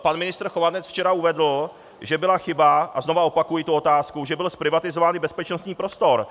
Pan ministr Chovanec včera uvedl, že byla chyba, a znovu opakuji otázku, že byl zprivatizován bezpečnostní prostor.